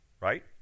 right